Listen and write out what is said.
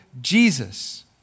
Jesus